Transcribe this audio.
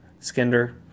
Skinder